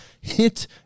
HIT